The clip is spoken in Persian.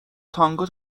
تانگو